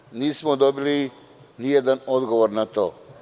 Do sada nismo dobili nijedan odgovor na to.